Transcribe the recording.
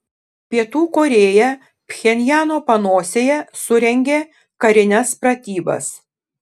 pietų korėja pchenjano panosėje surengė karines pratybas